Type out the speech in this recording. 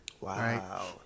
Wow